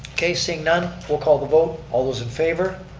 okay, seeing none. we'll call the vote. all those in favor?